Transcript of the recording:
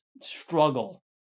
struggle